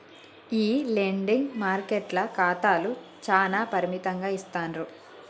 ఈ లెండింగ్ మార్కెట్ల ఖాతాలు చానా పరిమితంగా ఇస్తాండ్రు